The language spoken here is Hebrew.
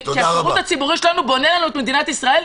השירות הציבורי שלנו בונה לנו את מדינת ישראל.